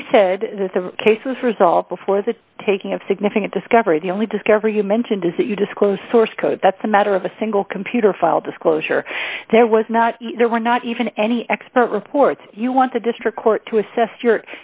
the case is resolved before the taking of significant discovery the only discovery you mentioned is that you disclosed source code that's a matter of a single computer file disclosure there was not there were not even any expert reports you want to district court to assess your